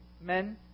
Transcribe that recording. men